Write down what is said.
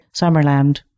Summerland